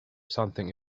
something